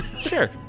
Sure